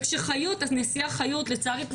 לצערי,